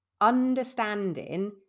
understanding